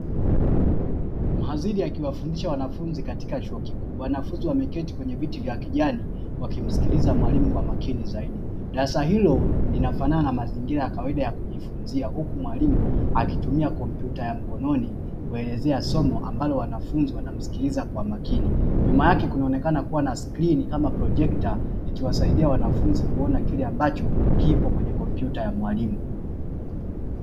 Mhadhiri akiwafundisha wanafunzi katika chuo kikuu. Wanafunzi wameketi kwenye viti vya kijani wakimsikiliza mwalimu kwa makini zaidi. Darasa hilo linafanana na mazingira ya kawaida ya kujifunzia huku mwalimu akitumia kompyuta ya mkononi kuelezea somo ambalo wanafunzi wanamsikiliza kwa makini. Nyuma yake kunaonekana kuwa na skrini kama projekta ikiwasaidia wanafunzi kuona kile ambacho kipo kwenye kompyuta ya mwalimu.